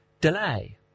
Delay